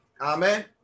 amen